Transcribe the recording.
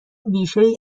بیشهای